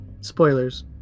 spoilers